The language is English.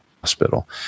hospital